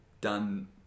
done